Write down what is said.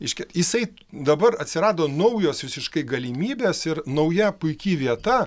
reiškia jisai dabar atsirado naujos visiškai galimybės ir nauja puiki vieta